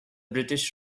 british